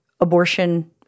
abortion